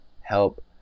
help